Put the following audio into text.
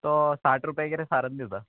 तो साठ रुपया कितें सारन दिता